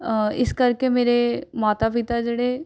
ਇਸ ਕਰਕੇ ਮੇਰੇ ਮਾਤਾ ਪਿਤਾ ਜਿਹੜੇ